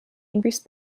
increase